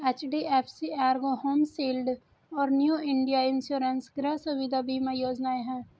HDFC ergo home shield और new India insurance गृह सुविधा बीमा योजनाएं हैं